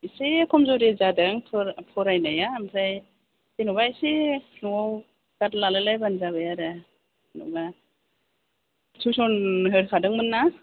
एसे खमजुरि जादों फरायनाया ओमफ्राय जेनेबा एसे न'आव गार्ड लालाय लायबानो जाबाय आरो जेनेेबा थिउसन होखादोंमोन ना